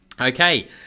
Okay